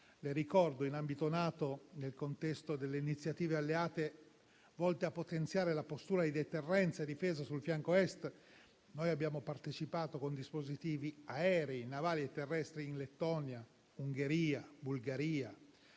lo ricordo - in ambito NATO, nel contesto delle iniziative alleate volte a potenziare la postura di deterrenza e difesa sul fianco Est abbiamo partecipato con dispositivi aerei, navali e terrestri in Lettonia, Ungheria e Bulgaria;